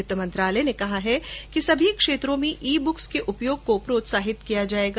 वित्त मंत्रालयने कहा है कि सभी क्षेत्रो में ई बुक्स के उपयोग को प्रोत्साहितकिया जाएगा